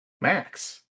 max